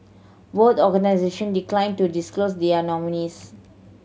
both organisation declined to disclose their nominees